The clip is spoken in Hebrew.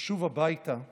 לשוב הביתה בשלום.